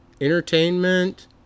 entertainment